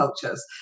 cultures